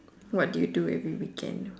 what do you do every weekend